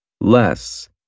Less